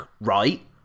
right